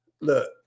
Look